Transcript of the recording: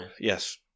Yes